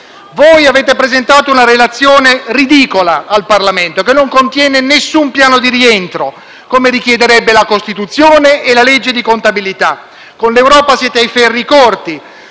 Voi avete presentato una relazione ridicola al Parlamento, che non contiene alcun piano di rientro, come richiederebbe la Costituzione e la legge di contabilità. Con l'Europa siete ai ferri corti.